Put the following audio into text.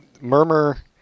Murmur